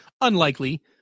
Unlikely